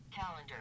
Calendar